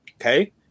Okay